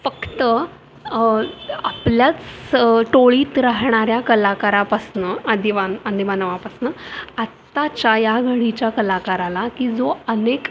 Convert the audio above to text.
फक्त आपल्याच टोळीत राहणाऱ्या कलाकारापासून आदिवान आदिमानवापासून आत्ताच्या या घडीच्या कलाकाराला की जो अनेक